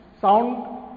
sound